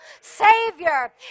Savior